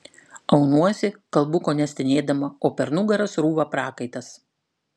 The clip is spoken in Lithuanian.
aunuosi kalbu kone stenėdama o per nugarą srūva prakaitas